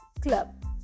club